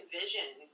vision